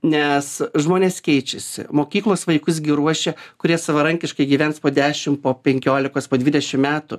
nes žmonės keičiasi mokyklos vaikus gi ruošia kurie savarankiškai gyvens po dešim po penkiolikos po dvidešim metų